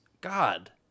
God